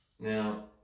Now